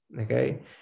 okay